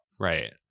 Right